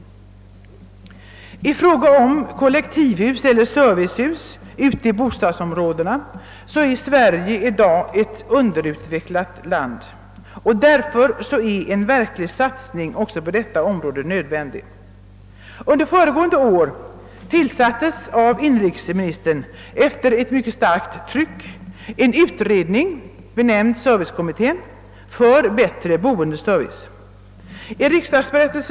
I fråga om kollektivhus eller servicehus ute i bostadsområdena är Sverige i dag ett underutvecklat land. Därför är en hård satsning nödvändig även på detta område. År 1967 tillsatte inrikesministern efter starkt tryck en utredning benämnd servicekommittén med uppgift att behandla vissa frågor angående service i bostadsområden.